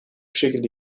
şekilde